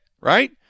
right